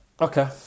Okay